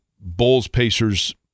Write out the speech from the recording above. Bulls-Pacers